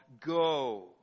Go